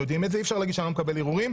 אי אפשר לומר שאני לא מקבל ערעורים.